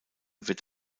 wird